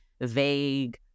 vague